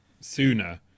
sooner